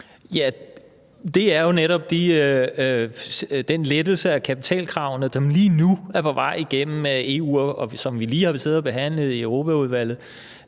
(V): Det er jo netop den lettelse af kapitalkravene, der lige nu er på vej gennem EU, som vi lige har siddet og behandlet i Europaudvalget,